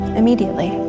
immediately